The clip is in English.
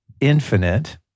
infinite